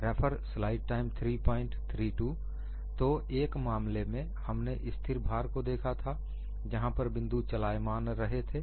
तो एक मामले में हमने स्थिर भार को देखा था जहां पर बिंदु चलायमान रहे थे